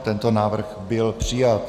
Tento návrh byl přijat.